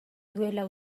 duela